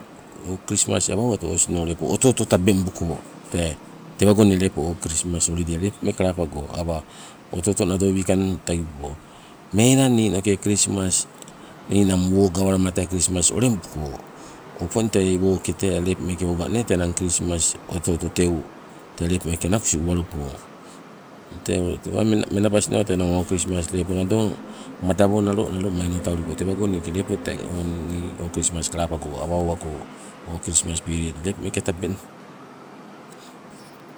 O krismas inne lepo awa owatu o lepo osinoke oto oto tabeng buko tee, tewango inne lepo o krismas holidie lepo kalapago awa oto oto nado wikang tagibuko. Melang ninoke krismas ninang woo gawalama ninang krismas uleng buko, opong tei woke lepo meeke tee oga nee krimas tee oto oto teu tee lepo anasuku uwaluko. Tee ule tewa menabas nawa lepo nado madawo nalo nalo maino tauliko tewago niike lepo tee o nii krismas lepo kalapago awa owagong o krismas periet lepo meeke tabeng.